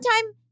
time